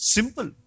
Simple